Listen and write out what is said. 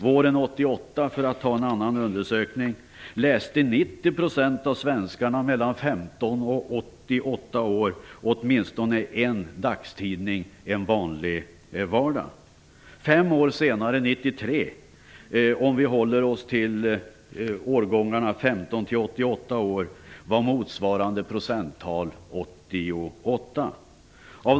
Våren 1988, för att ta en annan undersökning, läste 90 % av svenskarna mellan 15 och 88 år åtminstone en dagstidning en vanlig vardag. Fem år senare 1993 var motsvarande procenttal 88 om vi håller oss till åldrarna 15 till 88 år.